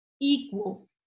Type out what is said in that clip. equal